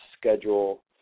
schedule